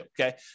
okay